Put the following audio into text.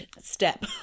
step